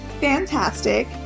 fantastic